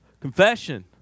confession